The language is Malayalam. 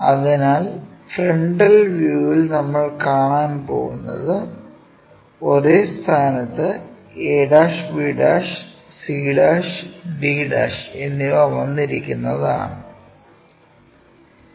അതിനാൽ ഫ്രണ്ടൽ വ്യൂവിൽ നമ്മൾ കാണാൻ പോകുന്നത് ഒരേ സ്ഥാനത്ത് a b c d എന്നിവ വന്നിരിക്കുന്നത് ആണ്